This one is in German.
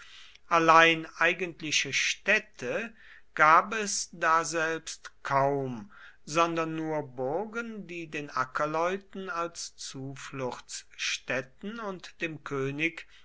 allein eigentliche städte gab es daselbst kaum sondern nur burgen die den ackerleuten als zufluchtsstätten und dem könig